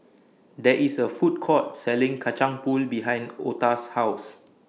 There IS A Food Court Selling Kacang Pool behind Ota's House